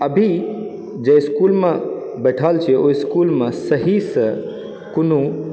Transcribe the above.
अभी जे इसकुलमे बैठल छी ओहि इसकुलमे सहीसँ कोनो